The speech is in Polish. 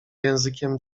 językiem